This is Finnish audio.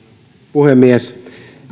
puhemies